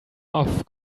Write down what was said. off